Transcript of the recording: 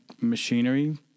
machinery